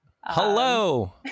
Hello